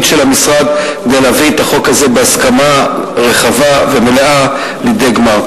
של המשרד כדי להביא את החוק הזה בהסכמה רחבה ומלאה לידי גמר.